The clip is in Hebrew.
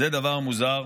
זה דבר מוזר.